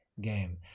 game